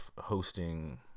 hosting